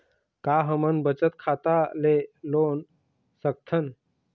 का हमन बचत खाता ले लोन सकथन?